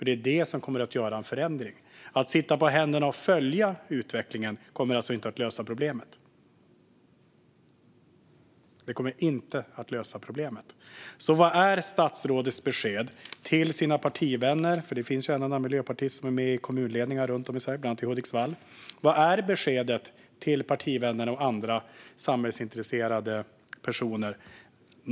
Det är det som kommer att innebära en förändring. Att sitta på händerna och följa utvecklingen kommer alltså inte att lösa problemet. Vad är statsrådets besked till sina partivänner? Det finns ju en och annan miljöpartist som är med i kommunledningar runt om i Sverige, bland annat i Hudiksvall. Vad är beskedet till partivännerna och andra samhällsintresserade personer?